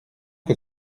que